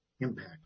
impact